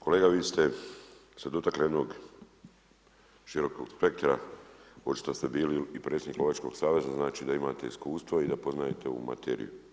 Kolega vi ste se dotakli jednom širokog spektra, očito ste bili i predsjednik lovačkog saveza znači da imate iskustvo i da poznajete ovu materiju.